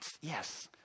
yes